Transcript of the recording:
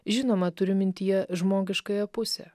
žinoma turiu mintyje žmogiškąją pusę